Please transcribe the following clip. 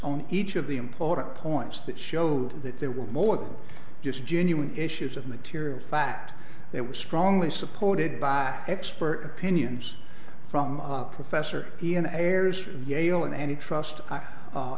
on each of the important points that showed that there were more than just genuine issues of material fact that was strongly supported by expert opinions from professor ian ayres yale and any trust